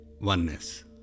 oneness